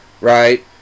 right